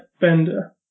Bender